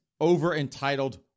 over-entitled